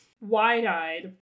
wide-eyed